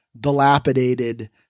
dilapidated